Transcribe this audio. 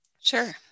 Sure